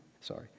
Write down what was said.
Sorry